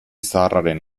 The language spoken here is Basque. zaharraren